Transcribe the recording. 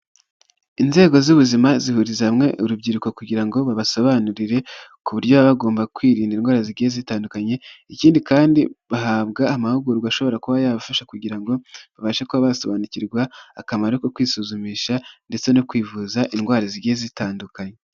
Inzego z'ubuzima zihuriza hamwe urubyiruko kugira ngo babasobanurire ku buryo baba bagomba kwirinda indwara zigiye zitandukanye, ikindi kandi bahabwa amahugurwa ashobora kuba yabafasha kugira ngo babashe kuba basobanukirwa akamaro ko kwisuzumisha ndetse no kwivuza indwara zigiye zitandukanye.